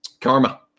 Karma